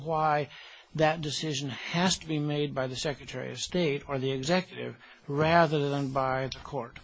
why that decision has to be made by the secretary of state or the executive rather than by the court